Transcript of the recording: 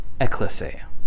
ecclesia